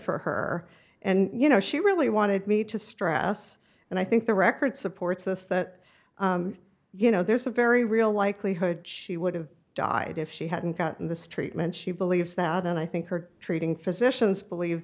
for her and you know she really wanted me to stress and i think the record supports this that you know there's a very real likelihood she would have died if she hadn't gotten this treatment she believes that and i think her treating physicians believe